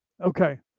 Okay